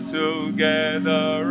together